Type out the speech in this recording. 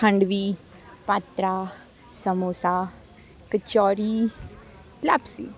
ખાંડવી patra samosa kachori લાપસી